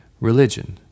religion